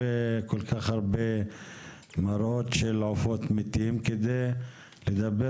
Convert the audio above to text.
ללא מראות של עופות מתים כדי לדבר